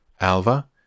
Alva